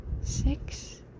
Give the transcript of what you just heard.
six